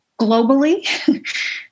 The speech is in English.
globally